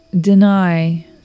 deny